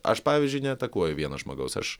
aš pavyzdžiui neatakuoju vieno žmogaus aš